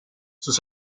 sus